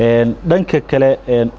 and and